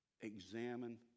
examine